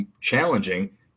challenging